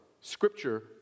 Scripture